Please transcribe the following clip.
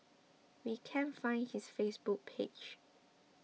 we can't find his Facebook page